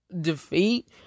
defeat